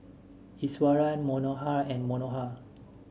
Iswaran Manohar and Manohar